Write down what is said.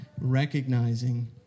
recognizing